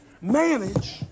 manage